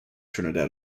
trinidad